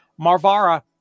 Marvara